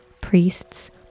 priests